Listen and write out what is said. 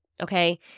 okay